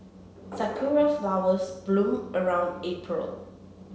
sakura flowers bloom around April